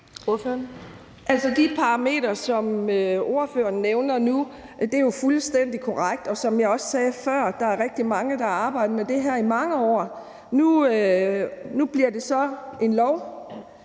De parametre, som ordføreren nævner nu, er jo fuldstændig korrekte, og der er, som jeg også sagde før, rigtig mange, der har arbejdet med det her i mange år. Nu bliver det så til en lov,